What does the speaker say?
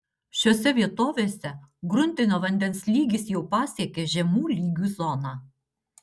šiose vietovėse gruntinio vandens lygis jau pasiekė žemų lygių zoną